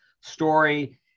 story